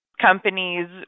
companies